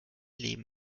leben